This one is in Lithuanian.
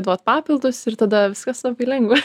duot papildus ir tada viskas labai lengva